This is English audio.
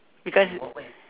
because